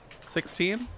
Sixteen